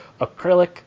acrylic